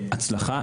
הצלחה,